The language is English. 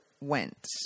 went